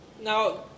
Now